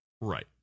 Right